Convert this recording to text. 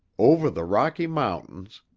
over the rocky mountains,